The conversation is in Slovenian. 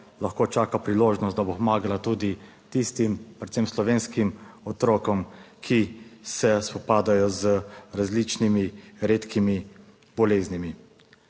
lahko čaka priložnost, da bo pomagala tudi tistim, predvsem slovenskim otrokom, ki se spopadajo z različnimi redkimi boleznimi.